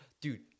Dude